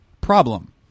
problem